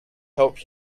help